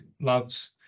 loves